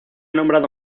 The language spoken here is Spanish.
nombrado